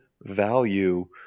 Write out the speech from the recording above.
value